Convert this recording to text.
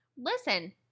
Listen